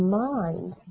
mind